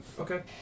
Okay